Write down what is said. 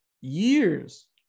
years